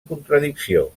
contradicció